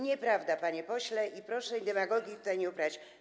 Nieprawda, panie pośle, i proszę demagogii tutaj nie uprawiać.